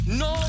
no